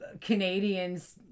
Canadians